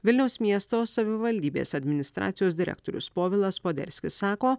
vilniaus miesto savivaldybės administracijos direktorius povilas poderskis sako